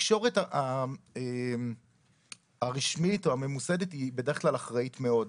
התקשורת הרשמית והממוסדת בדרך כלל אחראית מאוד,